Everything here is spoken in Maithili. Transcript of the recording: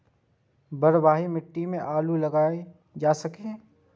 बलवाही मिट्टी में आलू लागय सके छीये?